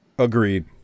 Agreed